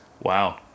wow